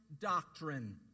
doctrine